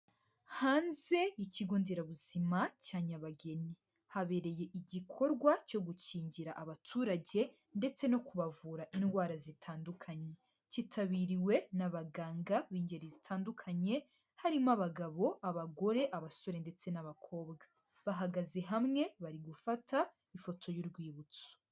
Hanze y'Ikigo Nderabuzima cya Nyabageni. Habereye igikorwa cyo gukingira abaturage ndetse no kubavura indwara zitandukanye. Cyitabiriwe n'abaganga b'ingeri zitandukanye, harimo abagabo, abagore, abasore ndetse n'abakobwa. Bahagaze hamwe bari gufata ifoto y'urwibutso.